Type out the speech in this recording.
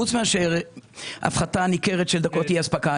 חוץ מאשר הפחתה ניכרת של דקות אי-אספקה.